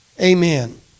Amen